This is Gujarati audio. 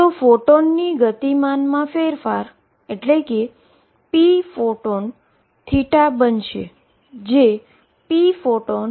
તેથી ફોટોનની મોમેન્ટમમાં ફેરફાર pphoton બનશે જે pphotonaf છે